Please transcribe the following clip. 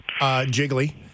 Jiggly